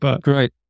Great